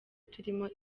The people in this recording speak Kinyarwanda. turimo